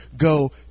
Go